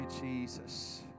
Jesus